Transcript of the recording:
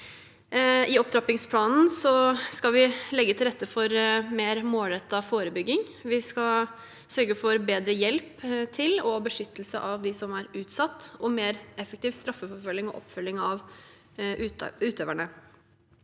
I opptrappingsplanen skal vi legge til rette for mer målrettet forebygging. Vi skal sørge for bedre hjelp til og beskyttelse av dem som er utsatt, og mer effektiv straffeforfølging og oppfølging av utøverne.